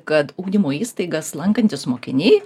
kad ugdymo įstaigas lankantys mokiniai